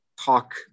talk